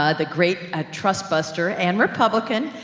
ah the great ah trust-buster and republican,